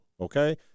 okay